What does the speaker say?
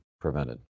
prevented